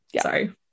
Sorry